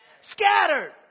Scattered